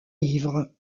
livre